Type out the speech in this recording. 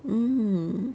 mm